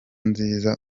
nziza